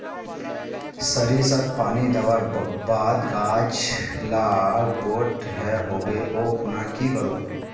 सरिसत पानी दवर बात गाज ला बोट है होबे ओ खुना की करूम?